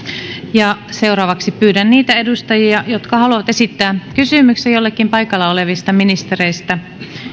ja seuraavaksi pyydän niitä edustajia jotka haluavat esittää kysymyksen jollekin paikalla olevista ministereistä